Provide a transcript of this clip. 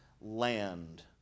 land